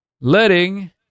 letting